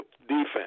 defense